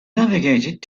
navigated